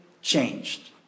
changed